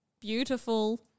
beautiful